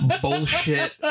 bullshit